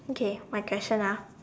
okay my question ah